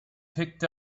picked